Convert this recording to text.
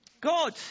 God